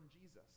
Jesus